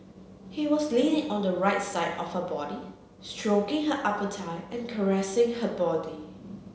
he was leaning on the right side of her body stroking her upper thigh and caressing her body